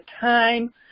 time